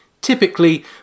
Typically